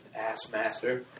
Ass-master